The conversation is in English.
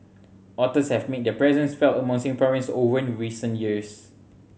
otters have made their presence felt among Singaporeans oven recent years